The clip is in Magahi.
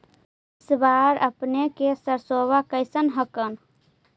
इस बार अपने के सरसोबा कैसन हकन?